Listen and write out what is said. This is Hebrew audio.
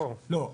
לא,